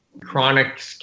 chronic